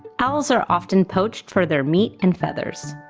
owls are often poached for their meat and feathers.